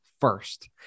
First